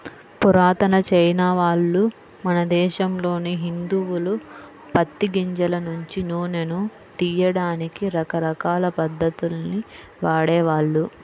పురాతన చైనావాళ్ళు, మన దేశంలోని హిందువులు పత్తి గింజల నుంచి నూనెను తియ్యడానికి రకరకాల పద్ధతుల్ని వాడేవాళ్ళు